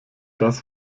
das